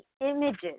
images